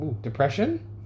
Depression